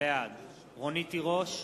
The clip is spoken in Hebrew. בעד רונית תירוש,